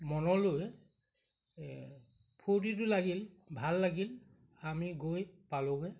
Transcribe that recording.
মনলৈ ফূৰ্তিটো লাগিল ভাল লাগিল আমি গৈ পালোঁগৈ